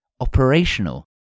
operational